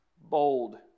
bold